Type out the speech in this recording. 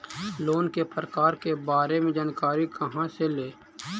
Loan के प्रकार के बारे मे जानकारी कहा से ले?